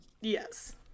Yes